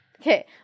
Okay